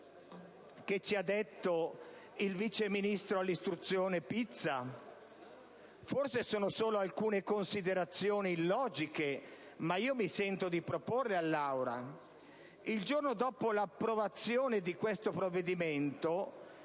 ci ha detto il vice ministro all'istruzione Pizza? Forse sono solo alcune considerazioni illogiche, che però mi sento di proporre all'Aula. Il giorno dopo l'approvazione di questo provvedimento,